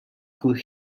could